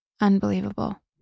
Unbelievable